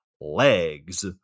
legs